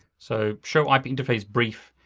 so, show ip interface brief,